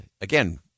again